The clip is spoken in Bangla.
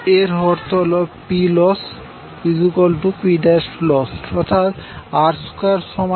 এর অর্থ হল Ploss Plossঅর্থাৎ r22r2